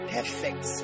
Perfect